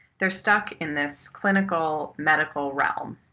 they're stuck in this clinical medical realm.